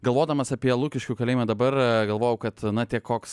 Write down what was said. galvodamas apie lukiškių kalėjimą dabar galvoju kad na tiek koks